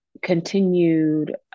continued